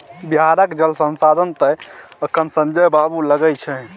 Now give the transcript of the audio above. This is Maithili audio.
बिहारक जल संसाधन तए अखन संजय बाबू लग छै